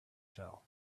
fell